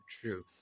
true